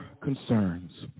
concerns